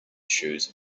shoes